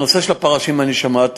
את הנושא של הפרשים אני שמעתי.